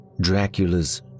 Dracula's